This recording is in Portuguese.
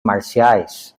marciais